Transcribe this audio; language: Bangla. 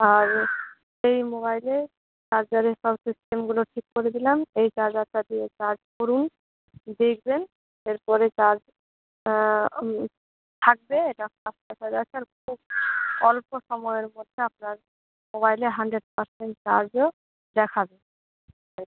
আর এই মোবাইলে চার্জারের সব সিস্টেমগুলো ঠিক করে দিলাম এই চার্জারটা দিয়ে চার্জ করুন দেখবেন এরপরে চার্জ থাকবে এটা আছে আর খুব অল্প সময়ের মধ্যে আপনার মোবাইলে হানড্রেড পার্সেন্ট চার্জও দেখাবে